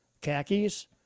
khakis